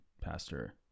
pastor